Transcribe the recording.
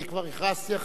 אני כבר הכרזתי,